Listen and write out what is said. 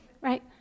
right